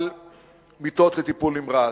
על מיטות לטיפול נמרץ,